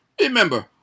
Remember